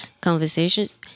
conversations